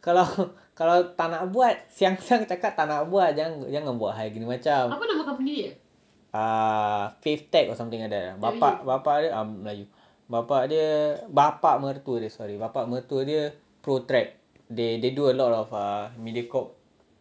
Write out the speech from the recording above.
kalau kalau tak nak buat siang-siang cakap tak nak buat jangan jangan buat hal ini macam err space tech or something like that lah bapa bapa dia ah melayu bapa dia bapa mertua dia sorry bapa mertua dia they do a lot of a mediacorp